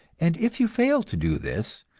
and if you fail to do this,